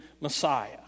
Messiah